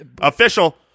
official